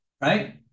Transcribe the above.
right